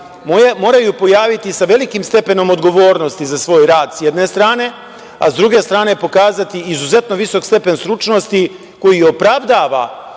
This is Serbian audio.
moraju pojaviti sa velikim stepenom odgovornosti za svoj rad sa jedne strane, a sa druge strane pokazati izuzetno visok stepen stručnosti koji opravdava